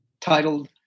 titled